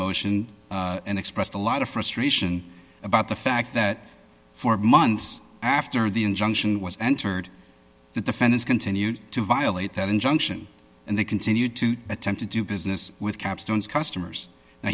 motion and expressed a lot of frustration about the fact that four months after the injunction was entered the defendants continued to violate that injunction and they continued to attempt to do business with capstone customers and